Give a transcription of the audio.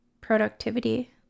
productivity